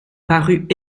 parut